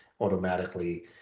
automatically